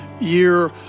year